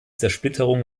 zersplitterung